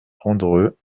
rondreux